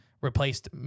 replaced